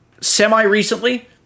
semi-recently